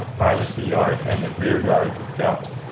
privacy yard, and the rear yard depth.